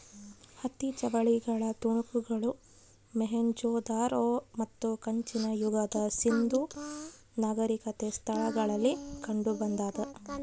ಹತ್ತಿ ಜವಳಿಗಳ ತುಣುಕುಗಳು ಮೊಹೆಂಜೊದಾರೋ ಮತ್ತು ಕಂಚಿನ ಯುಗದ ಸಿಂಧೂ ನಾಗರಿಕತೆ ಸ್ಥಳಗಳಲ್ಲಿ ಕಂಡುಬಂದಾದ